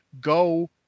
Go